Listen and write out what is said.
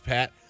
Pat